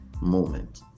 moment